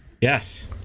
Yes